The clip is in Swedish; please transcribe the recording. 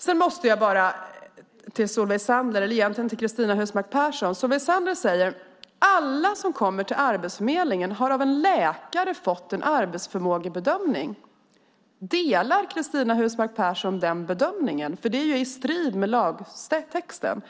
Sedan måste jag kommentera det som Solveig Zander tar upp. Solveig Zander säger att alla som kommer till Arbetsförmedlingen har av en läkare fått en arbetsförmågebedömning. Håller Cristina Husmark Pehrsson med om det påståendet? Det står nämligen i strid med lagtexten.